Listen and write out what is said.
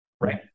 right